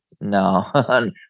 No